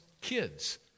kids